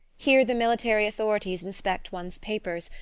here the military authorities inspect one's papers,